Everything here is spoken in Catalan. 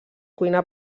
cuina